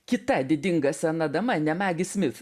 kita didinga sena dama ne maggie smith